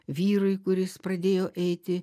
vyrui kuris pradėjo eiti